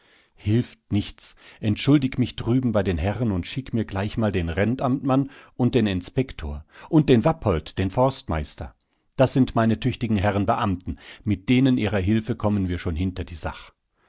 hilft nichts entschuldig mich drüben bei den herren und schick mir gleich mal den rentamtmann und den inspektor und den wappolt den forstmeister das sind meine tüchtigen herren beamten mit denen ihrer hilfe kommen wir schon hinter die sach